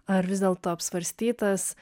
ar vis dėlto apsvarstytas